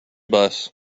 bus